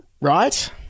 right